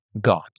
God